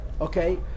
Okay